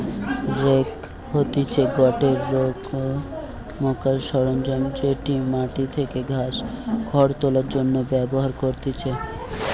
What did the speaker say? rake হতিছে গটে রোকমকার সরঞ্জাম যেটি মাটি থেকে ঘাস, খড় তোলার জন্য ব্যবহার করতিছে